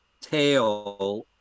tail